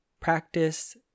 practice